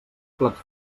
plats